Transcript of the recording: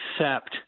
accept